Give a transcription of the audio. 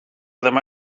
demà